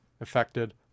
affected